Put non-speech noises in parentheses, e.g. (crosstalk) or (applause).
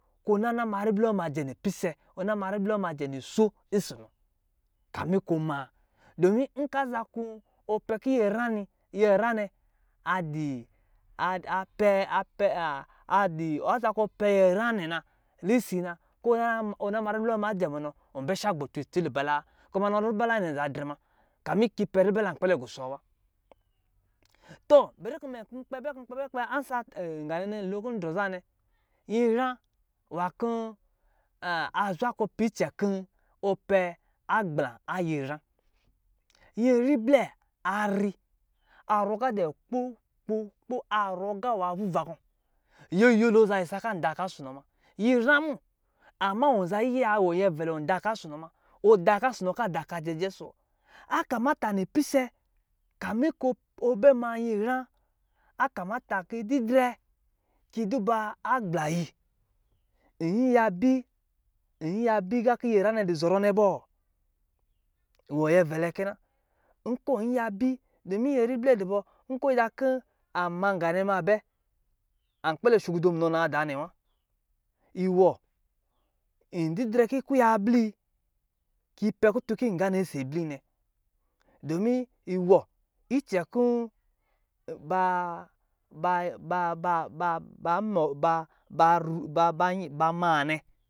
Kɔ̄ naa na ma ribli wɔ jɛ nipise, ɔ naa na ma ribli wɔ majɛ niso nsɔ̄ nɔ kamin kɔ̄ maa. Dɔmin nka zaa kɔ̄ ɔ kɔ̄ ɔ pɛ kɔ̄ nyɛra nɛ, nyɛra nɛ a dii a a pɛ a pɛ, a a dii aza kɔ̄ ɔ pɛ nyɛra nɛ na lisin na kɔ̄ ɔ na ma ɔ na ma ribli wɔ jɛ munɔ, ɔ bɛ shagbatu itsi lubala, kɔ̄ maa nɔ lubala nɛ zan drɛ ma, kamin kiyi pɛ lubala kpɛlɛ gɔsɔɔ wa. Tɔ bɛri kɔ̄ mɛ n kpɛ bɛ n kpɛ bɛ kpɛ (unintelligible) (hesitation) ngā nɛnɛ lo kɔ̄ n drɔ zaanɛ, nyira nwā kɔ̄ (hesitation) a zwa kɔ̄ pɛ kɛ kɔ̄ ɔ pɛ agbla a nyɛra. Nyɛriiblɛ a ri a zɔrɔ ga dɛ kpoo kpoo kpoo a zɔrɔɔga nwɔ̄ vuva kɔ̄. Nyɛ yɛlo zaa isa kan da ka sɔ̄ nɔ ma. Nyɛra mo, amma wɔ za iya wɔ nyɛ vɛlɛ wɔ za daka sɔ̄ nɔ ma, ɔ daka sɔ̄ nɔ kaa daka jɛjɛ ɔsɔ̄ wɔ. A kamata nipise, kamin kɔ̄ ɔ bɛ ma nyinyra, a kamata kiuyi didrɛ kii duba agbla yi, inyiya bi, inyiya bi agā kɔ̄ nyɛra nɛ dɔ zɔrɔ nɛ bɔɔ, wɔ nyɛvɛlɛ kɛ na. Nkɔ̄ ɔ̄ inyiya bi, dɔmin nyɛra blɛ dɔ bɔ, nkɔ̄ da kɔ̄ an ma gā nɛ ma bɛ, an kpɛlɛ shogudo munɔ naa daa nɛ wa. Iwɔ, in didrɛ kɔ̄ kuya abli yi kii pɛ kutun kɔ̄ yin gaanɛ sɔ̄ bliiyi nɛ, dɔmin iw icɛ kɔ̄ baa- ba- ba- ba- ba- ba- mɔ- ba- ba (hesitation) ba- banyi bamaa nɛ